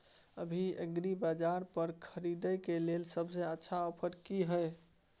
अभी एग्रीबाजार पर खरीदय के लिये सबसे अच्छा ऑफर की हय?